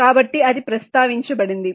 కాబట్టి అది ప్రస్తావించబడింది